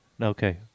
Okay